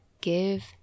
give